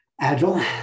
agile